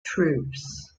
troops